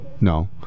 No